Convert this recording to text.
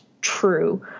true